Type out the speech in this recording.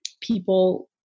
people